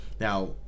Now